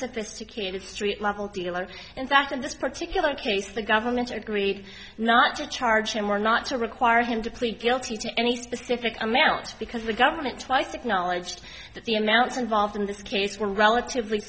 unsophisticated street level dealers in fact in this particular case the government agreed not to charge him or not to require him to plead guilty to any specific amount because the government twice acknowledged that the amounts involved in this case were relatively